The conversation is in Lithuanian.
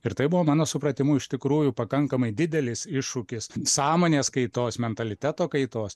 ir tai buvo mano supratimu iš tikrųjų pakankamai didelis iššūkis sąmonės kaitos mentaliteto kaitos